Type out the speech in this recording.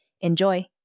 Enjoy